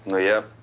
ilya!